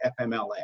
FMLA